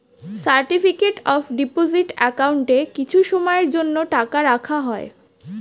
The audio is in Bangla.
সার্টিফিকেট অফ ডিপোজিট অ্যাকাউন্টে কিছু সময়ের জন্য টাকা রাখা হয়